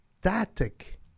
static